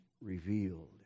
revealed